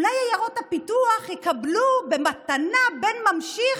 ואולי עיירות הפיתוח יקבלו במתנה בן ממשיך,